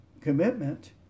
commitment